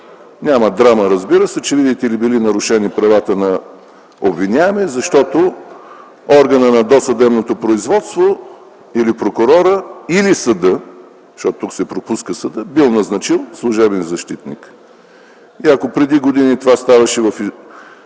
Няма драма, разбира се, че, видите ли, били нарушени правата на обвиняемия, защото органът на досъдебното производство - или прокурорът, или съдът, защото тук се пропуска съдът, бил назначил служебен защитник. И ако преди години това ставаше в